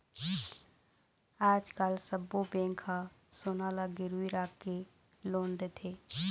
आजकाल सब्बो बेंक ह सोना ल गिरवी राखके लोन देथे